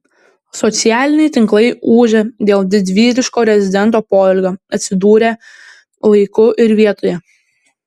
socialiniai tinklai ūžia dėl didvyriško rezidento poelgio atsidūrė laiku ir vietoje